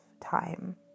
time